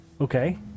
Okay